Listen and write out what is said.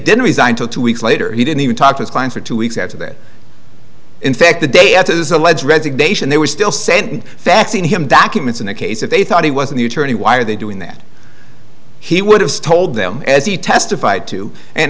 didn't resign till two weeks later he didn't even talk to his client for two weeks after that in fact the day after this alleged resignation they were still sent faxing him documents in a case that they thought he was in the attorney why are they doing that he would have told them as he testified to and